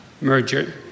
merger